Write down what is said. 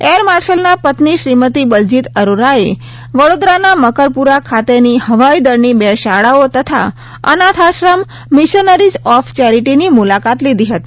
air માર્શલના પત્ની શ્રીમતી બલજીત અરોરાએ વડોદરાના મકરપુરા ખાતેની હવાઈ દળની બે શાળાઓ તથા અનાથશ્રમ મિશનરીઝ ઓફ ચેરીટીની મુલાકાત લીધી હતી